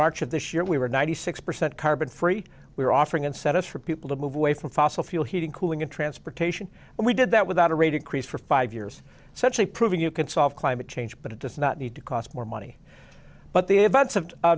march of this year we were ninety six percent carbon free we were offering incentives for people to move away from fossil fuel heating cooling and transportation and we did that without a rate increase for five years such a proven you can solve climate change but it does not need to cost more money but the